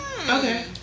Okay